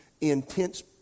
Intense